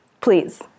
please